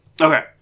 Okay